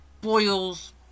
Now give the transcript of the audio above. boils